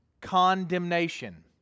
condemnation